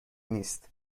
نیست